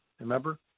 Remember